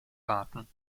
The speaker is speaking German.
warten